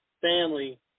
family